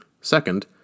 Second